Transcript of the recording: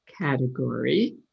category